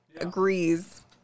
agrees